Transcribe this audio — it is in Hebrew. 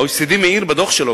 ה-OECD גם מעיר בדוח שלו